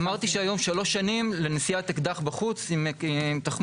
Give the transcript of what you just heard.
אמרתי שהיום שלוש שנים לנשיאת אקדח בחוץ עם תחמושת,